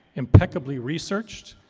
impeccably researched,